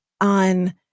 on